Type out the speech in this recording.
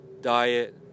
diet